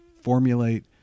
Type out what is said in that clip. formulate